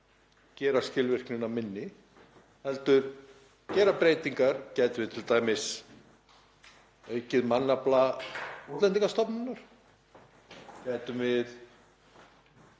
gera skilvirknina minni heldur gera breytingar. Gætum við t.d. aukið mannafla Útlendingastofnunar? Gætum við